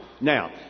Now